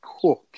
Cook